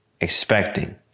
expecting